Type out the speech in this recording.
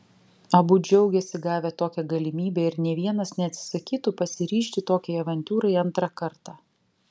abu džiaugėsi gavę tokią galimybę ir nė vienas neatsisakytų pasiryžti tokiai avantiūrai antrą kartą